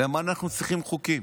למה אנחנו צריכים חוקים?